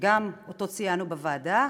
שגם אותו ציינו בוועדה,